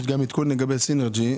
יש גם עדכון לגבי סינרג'י.